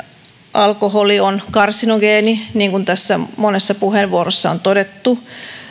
alkoholi on karsinogeeni niin kuin tässä monessa puheenvuorossa on todettu